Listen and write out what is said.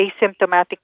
asymptomatic